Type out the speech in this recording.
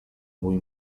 mój